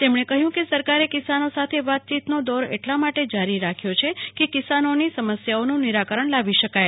તેમને કહ્યું હતું કે સરકારે કિસાનો સાથે વાતચીતનો દોર એટલા માટે જરી રાખ્યો છે કે કિસાનોની સમસ્યાઓનું નિરાકરણ લાવી શકાય